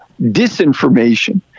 disinformation